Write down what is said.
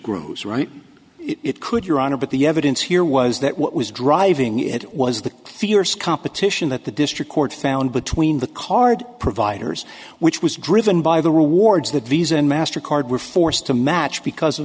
grows right it could your honor but the evidence here was that what was driving it was the fierce competition that the district court found between the card providers which was driven by the rewards that visa and master card were forced to match because